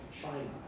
China